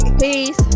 Peace